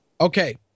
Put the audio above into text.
Okay